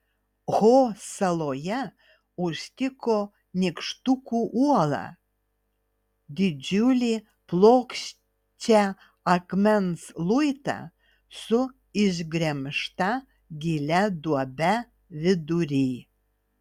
ho saloje užtiko nykštukų uolą didžiulį plokščią akmens luitą su išgremžta gilia duobe vidury